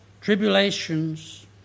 tribulations